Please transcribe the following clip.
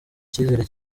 icyizere